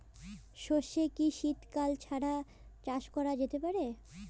সর্ষে কি শীত কাল ছাড়া চাষ করা যেতে পারে?